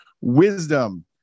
wisdom